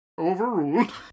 Overruled